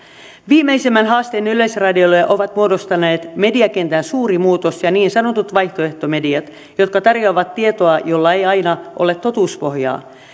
viimeisimmän haasteen yleisradiolle ovat muodostaneet mediakentän suuri muutos ja ja niin sanotut vaihtoehtomediat jotka tarjoavat tietoa jolla ei aina ole totuuspohjaa